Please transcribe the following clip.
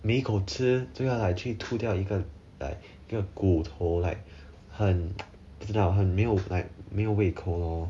每一口吃这个 like 去吐掉一个 like 这个骨头 like 很不知道很没有 like 没有胃口 lor